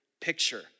picture